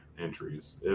entries